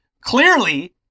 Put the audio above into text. clearly